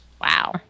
Wow